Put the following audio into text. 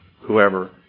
whoever